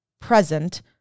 present